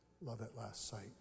love-at-last-sight